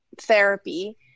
therapy